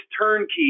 turnkey